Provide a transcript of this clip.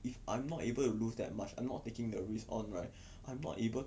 if I'm not able to lose that much and I am not taking the risk on right I'm not able